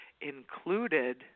included